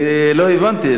אני לא הבנתי.